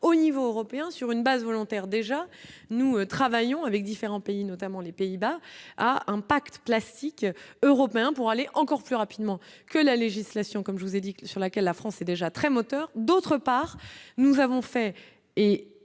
au niveau européen sur une base volontaire déjà nous travaillons avec différents pays, notamment les Pays-Bas à impact classique européen pour aller encore plus rapidement que la législation comme je vous ai dit que, sur laquelle la France est déjà très moteur d'autre part, nous avons fait